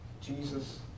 Jesus